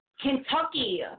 Kentucky